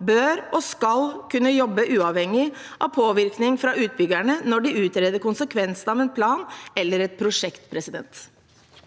bør og skal kunne jobbe uavhengig av påvirkning fra utbyggerne når de utreder konsekvensene av en plan eller et prosjekt. Presidenten